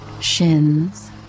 shins